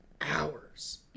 hours